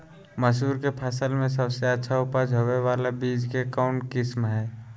मसूर के फसल में सबसे अच्छा उपज होबे बाला बीज के कौन किस्म हय?